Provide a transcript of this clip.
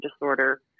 disorder